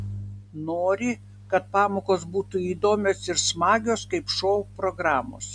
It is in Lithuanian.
nori kad pamokos būtų įdomios ir smagios kaip šou programos